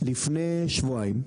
לפני שבועיים,